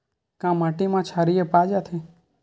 का माटी मा क्षारीय पाए जाथे?